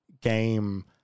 game